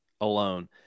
alone